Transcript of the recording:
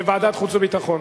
לוועדת חוץ וביטחון.